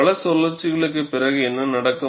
பல சுழற்சிளுக்குப் பிறகு என்ன நடக்கும்